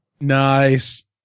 Nice